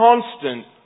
constant